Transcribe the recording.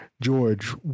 George